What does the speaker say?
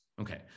Okay